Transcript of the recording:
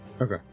Okay